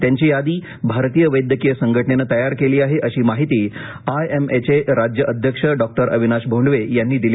त्यांची यादी भारतीय वैद्यकीय संघटनेने तयार केली आहे अशी माहिती आयएमएचे राज्य अध्यक्ष डॉक्टर अविनाश भोंडवे यांनी दिली